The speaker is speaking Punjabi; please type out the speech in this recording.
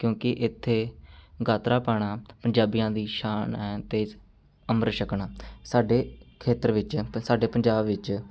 ਕਿਉਂਕਿ ਇੱਥੇ ਗਾਤਰਾ ਪਾਉਣਾ ਪੰਜਾਬੀਆਂ ਦੀ ਸ਼ਾਨ ਹੈ ਅਤੇ ਅੰਮ੍ਰਿਤ ਛਕਣਾ ਸਾਡੇ ਖੇਤਰ ਵਿੱਚ ਸਾਡੇ ਪੰਜਾਬ ਵਿੱਚ